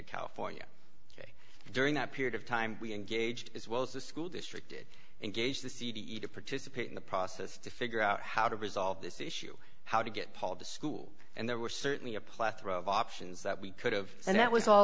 of california during that period of time we engaged as well as the school district to engage the c d e to participate in the process to figure out how to resolve this issue how to get paul to school and there were certainly a plethora of options that we could have and that was all